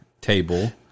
table